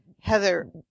Heather